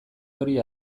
hori